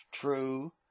true